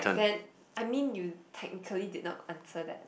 then I mean you technically did not answer that